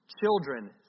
Children